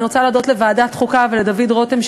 אני רוצה להודות לוועדת החוקה ולדוד רותם,